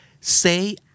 say